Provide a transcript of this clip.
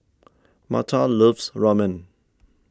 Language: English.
Martha loves Ramen